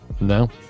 no